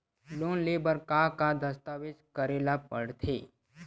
Loan ले बर का का दस्तावेज करेला पड़थे?